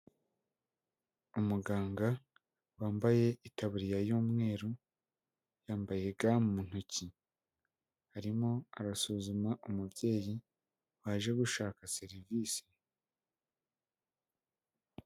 Umuganga wambaye itaburiya y'umweru, yambaye ga mu ntoki, arimo arasuzuma umubyeyi waje gushaka serivisi.